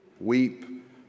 Weep